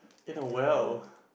in a well